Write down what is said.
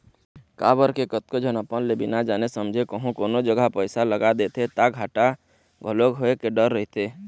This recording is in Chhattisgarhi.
काबर के कतको झन अपन ले बिना जाने समझे कहूँ कोनो जघा पइसा लगा देथे ता घाटा घलोक होय के डर रहिथे